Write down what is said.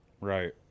right